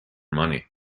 money